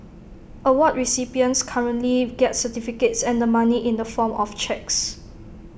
award recipients currently get certificates and the money in the form of cheques